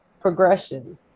progression